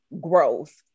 growth